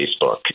Facebook